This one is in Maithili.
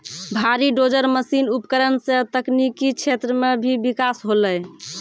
भारी डोजर मसीन उपकरण सें तकनीकी क्षेत्र म भी बिकास होलय